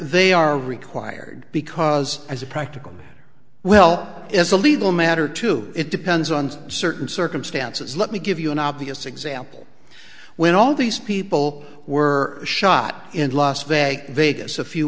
they are required because as a practical well as a legal matter too it depends on certain circumstances let me give you an obvious example when all these people were shot in las vegas